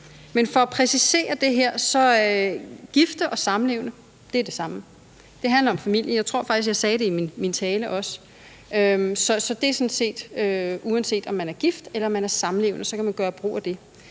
Men for at præcisere det her vil jeg sige, at gifte og samlevende er det samme. Det handler om familie – jeg tror faktisk, at jeg også sagde det i min tale – så det er sådan set sådan, at uanset om man er gift eller om man er samlevende, kan man gøre brug af det.